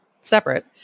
separate